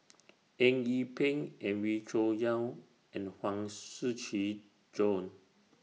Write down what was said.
Eng Yee Peng Wee Cho Yaw and Huang Shiqi Joan